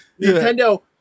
Nintendo